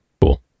cool